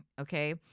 Okay